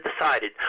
decided